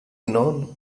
know